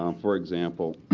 um for example,